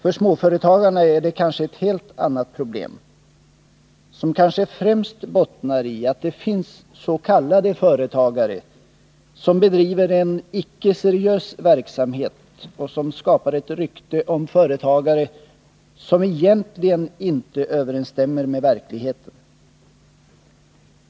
För småföretagarna är problemet ett helt annat och bottnar kanske främst i att det finns s.k. företagare som bedriver en icke seriös verksamhet och som skapar ett rykte om företagare som egentligen inte överensstämmer med verkligheten.